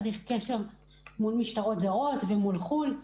צריך קשר עם משטרות זרות וגם עם חו"ל.